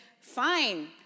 fine